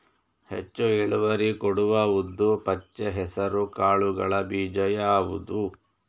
ಹೆಚ್ಚು ಇಳುವರಿ ಕೊಡುವ ಉದ್ದು, ಪಚ್ಚೆ ಹೆಸರು ಕಾಳುಗಳ ಬೀಜ ಯಾವುದು?